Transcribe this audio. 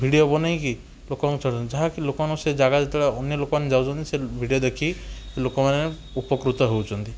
video ବନେଇକି ଲୋକଙ୍କୁ ଛାଡ଼ୁଛନ୍ତି ଯାହାକି ଲୋକମାନେ ସେ ଜାଗା ଯେତେବେଳେ ଅନ୍ୟ ଲୋକମାନେ ଯାଉଛନ୍ତି ସେ ଭିଡ଼ିଓ ଦେଖି ଲୋକମାନେ ଉପକୃତ ହେଉଛନ୍ତି